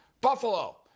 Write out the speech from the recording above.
Buffalo